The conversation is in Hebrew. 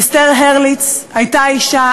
אסתר הרליץ הייתה אישה,